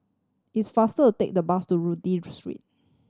it's faster to take the bus to Street